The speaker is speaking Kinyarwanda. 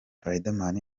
riderman